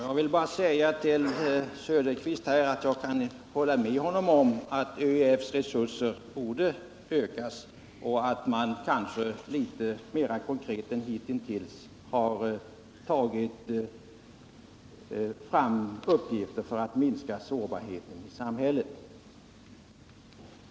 Herr talman! Jag kan hålla med Oswald Söderqvist om att ÖEF:s resurser borde ökas och att man kanske litet mer konkret än hittills borde vidta åtgärder för att minska sårbarheten i samhället.